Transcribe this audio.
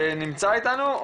נמצאת איתנו?